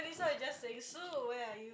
this one is just saying Sue where are you